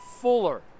fuller